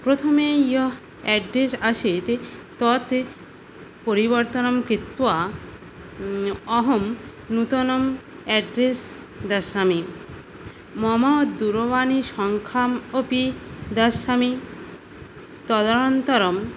प्रथमे यः एड्रेस् आसीत् तत् परिवर्तनं कृत्वा अहम् नूतनं एड्रेस् दास्यामि मम दूरवाणीसंख्यामपि दास्यामि तदनन्तरं